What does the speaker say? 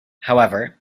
however